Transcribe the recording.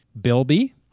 *Bilby*